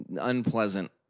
unpleasant